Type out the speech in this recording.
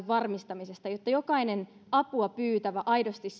varmistamisesta niin että jokainen apua pyytävä aidosti